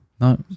No